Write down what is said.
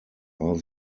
are